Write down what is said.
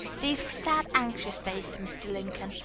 these were sad, anxious days to mr. lincoln,